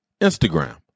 Instagram